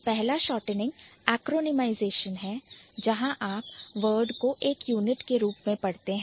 पहला shortening Acronymization है जहां आप word को एक unit के रूप में पढ़ रहे हैं